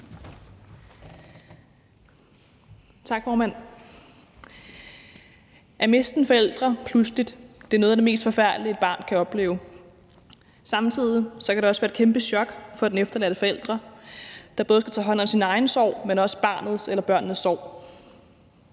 Tak, formand. At miste en forælder pludseligt er noget af det mest forfærdelige, et barn kan opleve. Samtidig kan det også være et kæmpe chok for den efterladte forælder, der både skal tage hånd om sin egen sorg, men også barnets eller børnenes sorg.